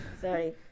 Sorry